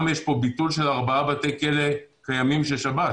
יש פה ביטול של ארבעה בתי כלא קיימים של שב"ס.